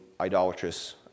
idolatrous